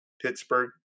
Pittsburgh